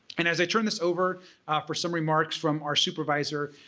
and as i turn this over for some remarks from our supervisor,